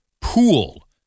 pool